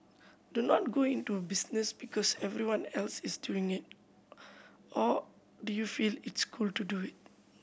do not go into a business because everyone else is doing it or do you feel it's cool to do it